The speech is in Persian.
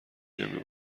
نمی